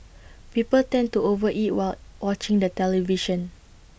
people tend to over eat while watching the television